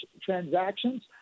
transactions